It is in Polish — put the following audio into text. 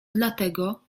dlatego